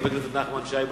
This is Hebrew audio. חבר הכנסת נחמן שי,